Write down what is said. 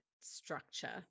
structure